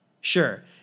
Sure